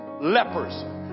lepers